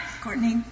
Courtney